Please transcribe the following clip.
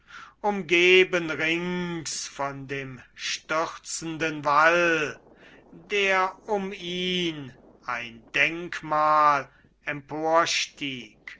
umgeben rings von dem stürzenden wall der um ihn ein denkmal emporstieg